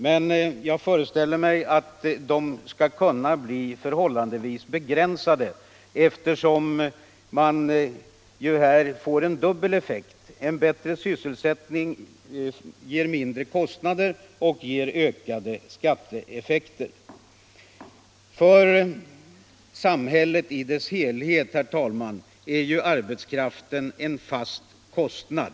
Men jag föreställer mig att de skall kunna bli förhållandevis begränsade, eftersom man ju här får en dubbel effekt. Bättre sysselsättning ger mindre kostnader och ökade skatteintäkter. För samhället i dess helhet, herr talman, är ju arbetskraften en fast kostnad.